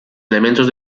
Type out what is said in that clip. elementos